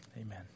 amen